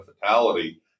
fatality